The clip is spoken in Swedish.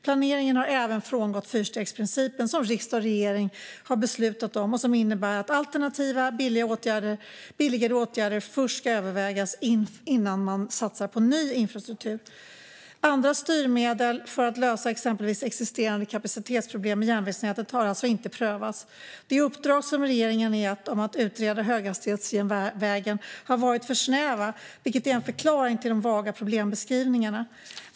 Planeringen har även frångått fyrstegsprincipen som riksdag och regering har beslutat om och som innebär att alternativa, billigare åtgärder först ska övervägas innan man satsar på ny infrastruktur. Andra styrmedel för att lösa exempelvis existerande kapacitetsproblem i järnvägsnätet har alltså inte prövats. De uppdrag som regeringen har gett om att utreda höghastighetsjärnvägen har varit för snäva, vilket är en förklaring till de vaga problembeskrivningarna.